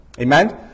Amen